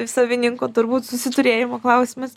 savininko turbūt susiturėjimo klausimas